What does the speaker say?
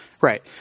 Right